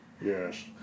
Yes